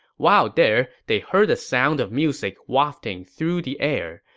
while there, they heard the sound of music wafting through the air.